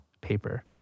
paper